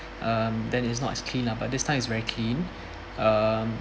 um bed is not clean up but this time is very clean um